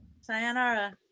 sayonara